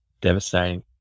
Devastating